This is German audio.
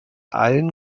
allen